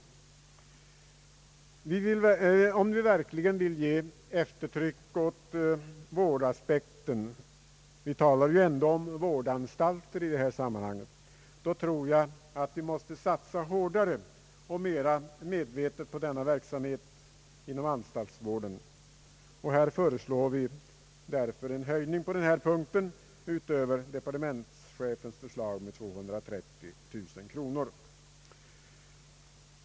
Om vi verkligen vill ge eftertryck åt vårdaspekten — vi talar ju ändå här om vårdanstalter — tror jag att vi måste satsa hårdare och mera medvetet på denna verksamhet. Därför föreslår vi på denna punkt en höjning utöver departementschefens förslag med 230 000 kronor.